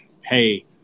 hey